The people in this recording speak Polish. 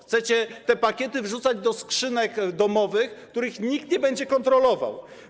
Chcecie te pakiety wrzucać do skrzynek domowych, których nikt nie będzie kontrolował.